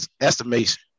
estimation